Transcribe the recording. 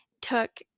took